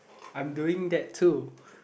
I'm doing that too